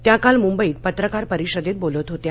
त्या काल मुंबईत पत्रकार परिषदेत बोलत होत्या